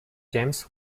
james